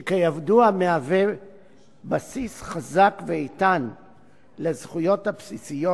שכידוע מהווה בסיס חזק ואיתן לזכויות הבסיסיות